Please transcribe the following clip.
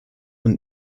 und